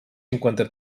cinquanta